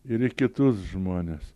ir į kitus žmones